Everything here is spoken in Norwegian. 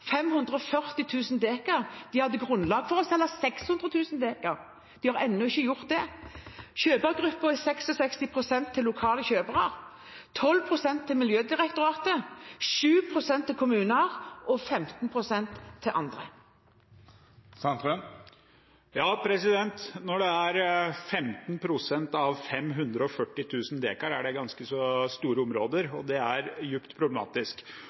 De hadde grunnlag for å selge 600 000 dekar, og de har ennå ikke gjort det. Fordelingen på kjøpergrupper er 66 pst. til lokale kjøpere, 12 pst. til Miljødirektoratet, 7 pst. til kommuner og 15 pst. til andre. 15 pst. av 540 000 dekar er ganske så store områder, og det er djupt problematisk.